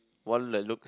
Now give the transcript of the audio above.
one that looks